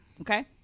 okay